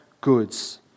goods